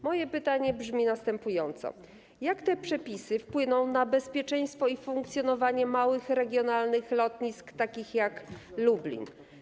Moje pytanie brzmi następująco: Jak te przepisy wpłyną na bezpieczeństwo i funkcjonowanie małych, regionalnych lotnisk, takich jak Lublin?